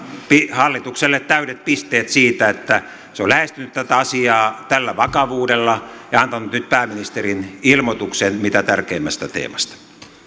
hallitukselle täydet pisteet siitä että se on lähestynyt tätä asiaa tällä vakavuudella ja antanut nyt pääministerin ilmoituksen mitä tärkeimmästä teemasta